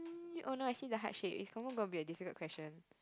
mm oh no I see the heart shaped it's confirmed going to be a difficult question